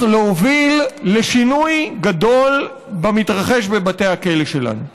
להוביל לשינוי גדול במתרחש בבתי הכלא שלנו.